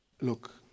look